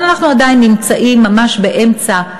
אבל אנחנו עדיין נמצאים ממש באמצע,